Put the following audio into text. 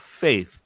faith